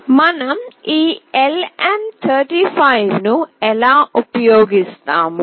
మనం ఈ LM 35 ను ఎలా ఉపయోగిస్తాము